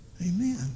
Amen